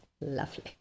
Lovely